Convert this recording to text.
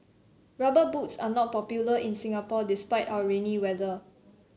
rubber boots are not popular in Singapore despite our rainy weather